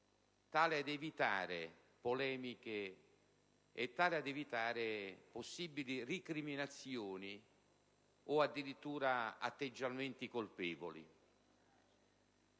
tale da evitare polemiche e possibili recriminazioni o addirittura atteggiamenti colpevoli.